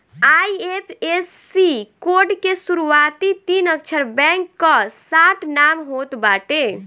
IFSC code के शुरूआती तीन अक्षर बैंक कअ शार्ट नाम होत बाटे